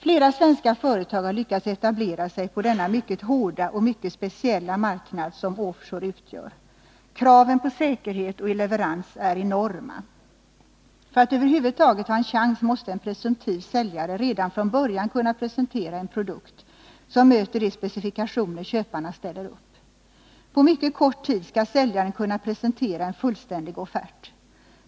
Flera svenska företag har lyckats etablera sig på denna mycket hårda och mycket speciella marknad som offshore utgör. Kraven på säkerhet och leverans är enorma. För att över huvud taget ha en chans måste en presumtiv säljare redan från början kunna presentera en produkt som möter de specifikationer köparna ställer upp. På mycket kort tid skall säljaren kunna presentera en fullständig offert.